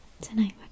Tonight